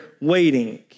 waiting